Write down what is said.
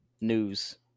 news